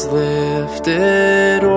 lifted